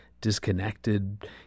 disconnected